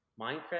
Minecraft